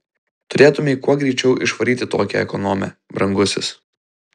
turėtumei kuo greičiau išvaryti tokią ekonomę brangusis